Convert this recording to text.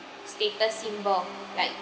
status symbol like